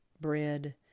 bread